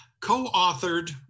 co-authored